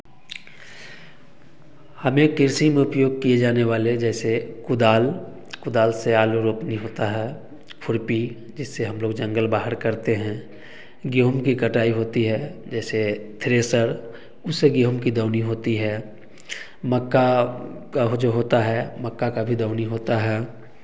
हमें कृषि में उपयोग किए जाने वाले जैसे कुदाल कुदाल से आलू रोपनी होता है खुर्पी जिससे हम लोग जंगल बाहर करते हैं गेहूँ की कटाई होती है जैसे थ्रेसर उससे गेहूँ की दौनी होती है मक्का पब जो होता है मक्का का भी दौनी होता है